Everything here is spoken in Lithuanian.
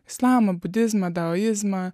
islamą budizmą daojizmą